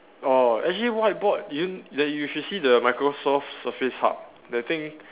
orh actually whiteboard you that you should see the Microsoft surface hub that thing